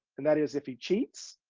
and that is if he cheats,